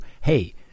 hey